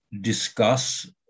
discuss